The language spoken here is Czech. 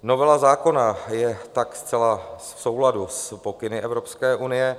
Novela zákona je tak zcela v souladu s pokyny Evropské unie.